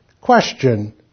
Question